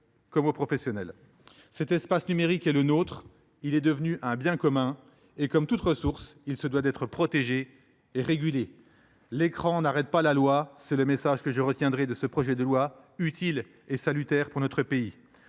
qu’aux professionnels. Cet espace numérique est le nôtre. Il est devenu un bien commun et, comme toute ressource, il doit être protégé et régulé. L’écran n’arrête pas la loi. C’est le message que je retiendrai de ce projet de loi, utile et salutaire pour notre pays.